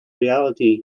reality